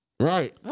Right